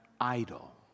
idol